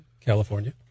California